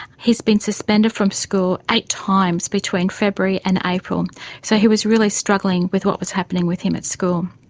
he's been suspended from school eight times between february and april so he was really struggling with what was happening with him at school.